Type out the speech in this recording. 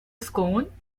scone